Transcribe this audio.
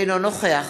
אינו נוכח